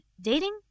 dating